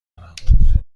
دارم